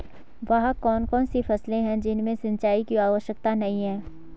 वह कौन कौन सी फसलें हैं जिनमें सिंचाई की आवश्यकता नहीं है?